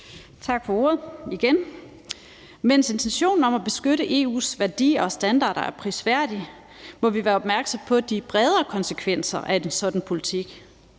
Tak for ordet. Mens intentionen om at beskytte EU's værdier og standarder er prisværdig, må vi være opmærksomme på de bredere konsekvenser af en sådan politik.